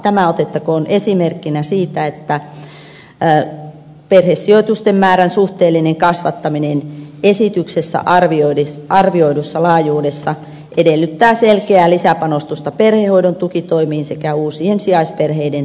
tämä otettakoon esimerkkinä siitä että perhesijoitusten määrän suhteellinen kasvattaminen esityksessä arvioidussa laajuudessa edellyttää selkeää lisäpanostusta perhehoidon tukitoimiin sekä uusien sijaisperheiden rekrytointia ja koulutusta